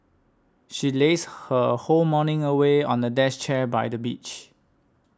she lazed her whole morning away on a desk chair by the beach